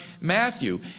Matthew